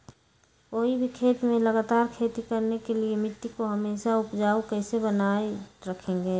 कोई भी खेत में लगातार खेती करने के लिए मिट्टी को हमेसा उपजाऊ कैसे बनाय रखेंगे?